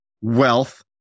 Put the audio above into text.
wealth